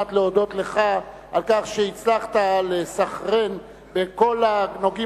כדי להודות לך על כך שהצלחת לסנכרן בין כל הנוגעים